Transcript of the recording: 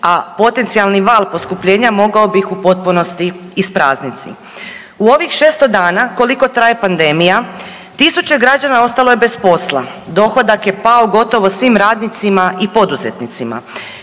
a potencijalni val poskupljenja mogao bi ih u potpunosti isprazniti. U ovih 600 dana koliko traje pandemija tisuće građana ostalo je bez posla, dohodak je pao gotovo svim radnicima i poduzetnicima,